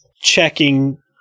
checking